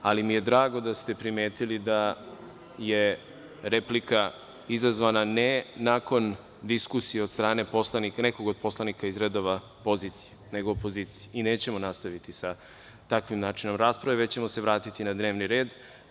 Ali, mi je drago da ste primetili da je replika izazvana, ne nakon diskusije od strane poslanika, nekog od poslanika iz redova pozicije, nego opozicije i nećemo nastaviti sa takvim načinom rasprave, već ćemo se vratiti na dnevni red.